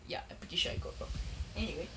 yup I'm pretty sure I got robbed anyway